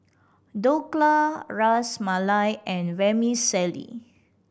Dhokla Ras Malai and Vermicelli